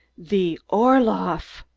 the orloff!